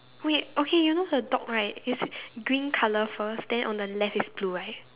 wait okay you know the dog right is it green colour first then on the left is blue right